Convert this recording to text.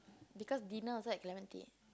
because dinner also at clementi